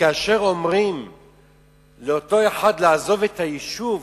וכאשר אומרים לאותו אחד לעזוב את היישוב,